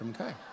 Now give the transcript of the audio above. Okay